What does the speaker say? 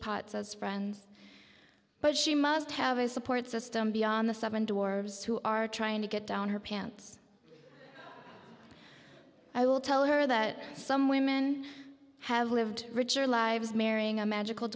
pots as friends but she must have a support system beyond the seven dwarves who are trying to get down her pants i will tell her that some women have lived richer lives marrying a magical